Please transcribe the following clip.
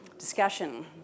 Discussion